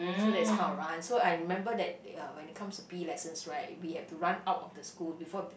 so is this kind of run so I remember that ya when it comes to p_e lessons right we have to run out of the school before